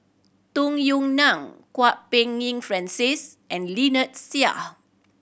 Tung Yue Nang Kwok Peng Yin Francis and Lynnette Seah